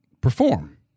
perform